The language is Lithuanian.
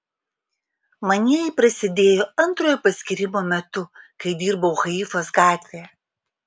manieji prasidėjo antrojo paskyrimo metu kai dirbau haifos gatvėje